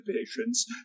patients